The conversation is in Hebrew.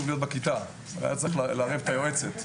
יותר להיות בכיתה ואז היה צריך לערב את היועצת.